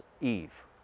Eve